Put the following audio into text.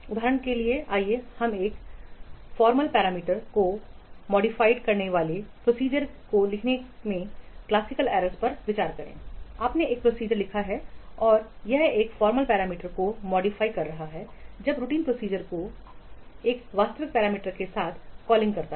उदाहरण के लिए आइए हम एक फॉर्मल पैरामीटर formal parameters को मॉडिफाई करने वाले प्रोसीजर को लिखने में क्लासिकल एरर्स पर विचार करें आपने एक प्रोसीजर लिखा है और यह एक फॉर्मल पैरामीटर को मॉडिफाई कर रहा है जब रूटीन प्रोसीजर को एक वास्तविक पैरामीटर के साथ कॉलिंग करता है